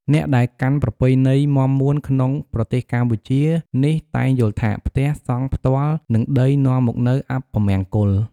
អ្នកដែលកាន់ប្រពៃណីមាំមួនក្នុងប្រទេសកម្ពុជានេះតែងយល់ថា ផ្ទះសង់ផ្ទាល់នឹងដីនាំមកនូវអពមង្គល។